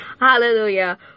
Hallelujah